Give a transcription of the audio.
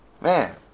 Man